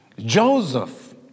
Joseph